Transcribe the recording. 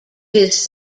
his